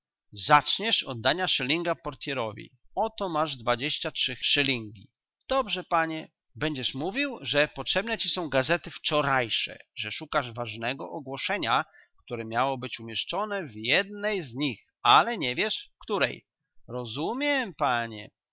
zaczniesz od dania szylinga portyerowi oto masz dwadzieścia trzy szylingi dobrze panie będziesz mówił że potrzebne ci są gazety wczorajsze że szukasz ważnego ogłoszenia które miało być umieszczone w jednej z nich ale nie wiesz w której rozumiem panie